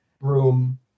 room